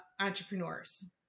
entrepreneurs